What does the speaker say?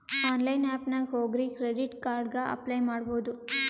online app ನಾಗ್ ಹೋಗಿ credit card ಗ ಅಪ್ಲೈ ಮಾಡ್ಬೋದು